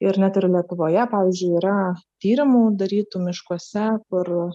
ir net ir lietuvoje pavyzdžiui yra tyrimų darytų miškuose kur